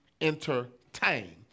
entertain